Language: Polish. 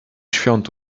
świąt